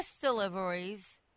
deliveries